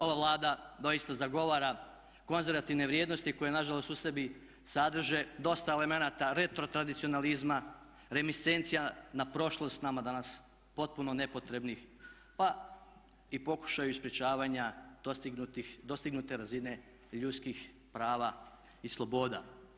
Ova Vlada doista zagovara konzervativne vrijednosti koje na žalost u sebi sadrže dosta elemenata retro tradicionalizma, reminiscencija na prošlost nama danas potpuno nepotrebnih pa i pokušaju sprječavanja dostignute razine ljudskih prava i sloboda.